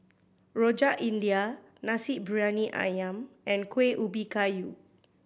Rojak India Nasi Briyani Ayam and Kuih Ubi Kayu